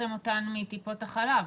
לקחתם אותן מטיפות החלב,